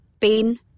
pain